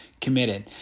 committed